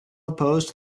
opposed